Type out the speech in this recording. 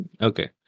okay